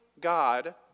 God